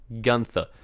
Gunther